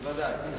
בוודאי.